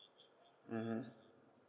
mmhmm